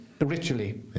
ritually